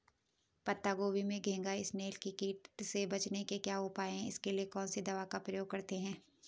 पत्ता गोभी में घैंघा इसनैल कीट से बचने के क्या उपाय हैं इसके लिए कौन सी दवा का प्रयोग करते हैं?